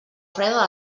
freda